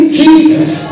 jesus